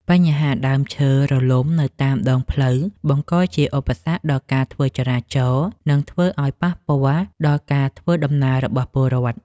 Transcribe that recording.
បញ្ហាដើមឈើរលំនៅតាមដងផ្លូវបង្កជាឧបសគ្គដល់ការធ្វើចរាចរណ៍ និងធ្វើឱ្យប៉ះពាល់ដល់ការធ្វើដំណើររបស់ពលរដ្ឋ។